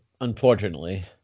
unfortunately